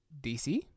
DC